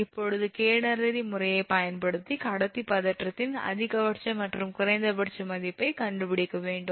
இப்போது கேடனரி முறையைப் பயன்படுத்தி கடத்தி பதற்றத்தின் அதிகபட்ச மற்றும் குறைந்தபட்ச மதிப்பை கண்டுபிடிக்க வேண்டும்